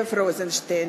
זאב רוזנשטיין.